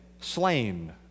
slain